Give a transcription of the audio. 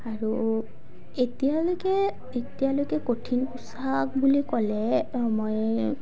আৰু এতিয়ালৈকে এতিয়ালৈকে কঠিন পোচাক বুলি ক'লে মই